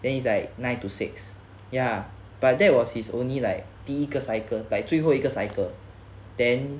then it's like nine to six ya but that was his only like 第一个 cycle like 最后一个 cycle then